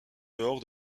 dehors